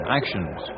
actions